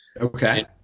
Okay